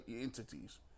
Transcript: entities